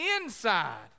inside